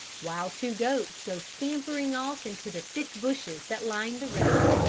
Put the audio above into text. while two goats go scampering off into the thick bushes that line the road.